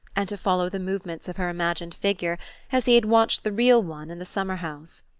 and to follow the movements of her imagined figure as he had watched the real one in the summer-house.